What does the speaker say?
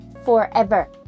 forever